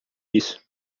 isso